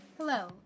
Hello